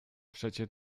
przecie